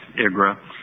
IGRA